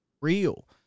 real